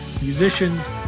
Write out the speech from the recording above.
musicians